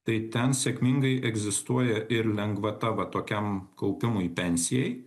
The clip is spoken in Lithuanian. tai ten sėkmingai egzistuoja ir lengvata va tokiam kaupimui pensijai